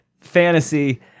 fantasy